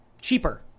cheaper